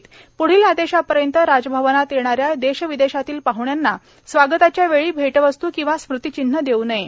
प्ढील आदेशांपर्यंत राजभवन येथे येणाऱ्या देश विदेशातील पाहण्यांना स्वागताच्या वेळी भेटवस्त् वा स्मृतिचिन्ह देऊ नये